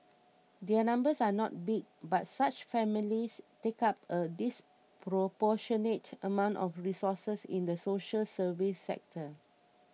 their numbers are not big but such families take up a disproportionate amount of resources in the social service sector